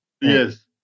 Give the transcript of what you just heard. Yes